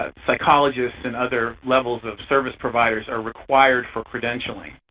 ah psychologists and other levels of service providers are required for credentialing.